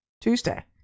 tuesday